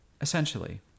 Essentially